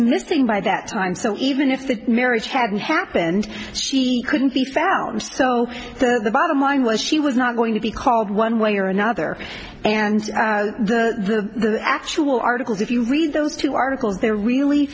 nesting by that time so even if the marriage hadn't happened she couldn't be found so the bottom line was she was not going to be called one way or another and the actual articles if you read those two articles they're really